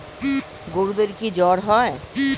গরুদেরও কি জ্বর হয়?